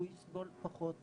הוא יסבול פחות מסיבוכים,